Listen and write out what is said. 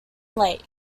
lake